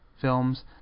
films